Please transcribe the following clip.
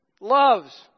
loves